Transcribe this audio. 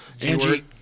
Angie